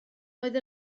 oedd